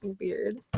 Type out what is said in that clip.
weird